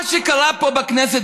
מה שקרה פה בכנסת,